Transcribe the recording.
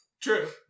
true